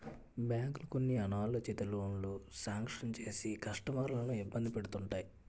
బ్యాంకులు కొన్ని అనాలోచిత లోనులు శాంక్షన్ చేసి కస్టమర్లను ఇబ్బంది పెడుతుంటాయి